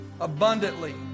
abundantly